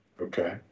okay